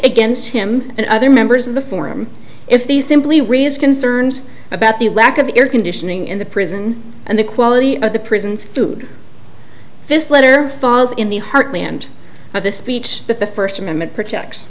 against him and other members of the forum if they simply raise concerns about the lack of air conditioning in the prison and the quality of the prisons food this letter falls in the heartland of the speech that the first amendment protects